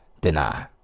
deny